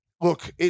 look